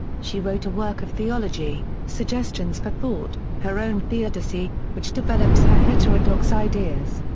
she wrote a work of theology suggestions for thought, her own theodicy, which develops her heterodox ideas.